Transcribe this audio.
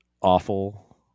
awful